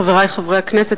חברי חברי הכנסת,